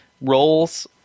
roles